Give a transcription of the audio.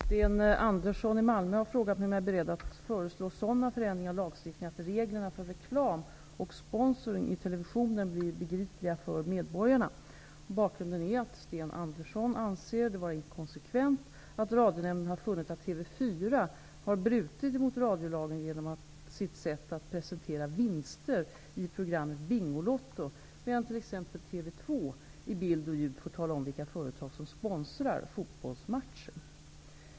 Herr talman! Sten Andersson i Malmö har frågat om jag är beredd att föreslå sådana förändringar av lagstiftningen att reglerna för reklam och sponsring i televisionen blir begripliga för medborgarna. Bakgrunden är att Sten Andersson anser det vara inkonsekvent att Radionämnden har funnit att TV 4 har brutit mot radiolagen genom sitt sätt att presentera vinster i programmet Bingolotto, medan t.ex. TV 2 i bild och ljud får tala om vilka företag som sponsrar fotbollsmatcher.